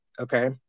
okay